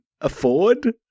afford